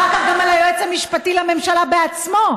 אחר כך גם על היועץ המשפטי לממשלה בעצמו,